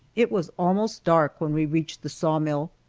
it was almost dark when we reached the saw-mill,